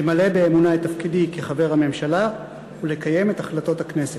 למלא באמונה את תפקידי כחבר הממשלה ולקיים את החלטות הכנסת.